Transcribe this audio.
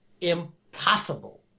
impossible